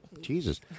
Jesus